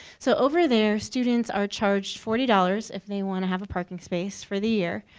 so over, there students are charged forty dollars if they want to have a parking space for the year.